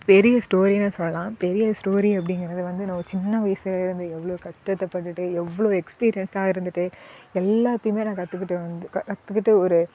பெரிய ஸ்டோரினே சொல்லலாம் பெரிய ஸ்டோரி அப்டிங்கிறது வந்து நம்ம சின்ன வயசுலருந்து எவ்வளோ கஷ்டத்தப்பட்டுட்டு எவ்வளோ எஸ்பீரியன்ஸாக இருந்துட்டு எல்லாத்தையுமே நான் கற்றுக்கிட்டு வந்து க கற்றுக்கிட்டு ஒரு